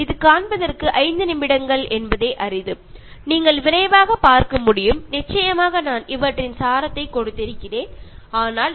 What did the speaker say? ഇത് അഞ്ച് മിനിട്ട് പോലും ദൈർഘ്യം ഇല്ലാത്ത വീഡിയോകൾ ആണ്